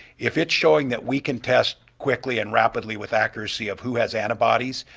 if it's showing that we can test quickly and rapidly with accuracy of who has antibodies,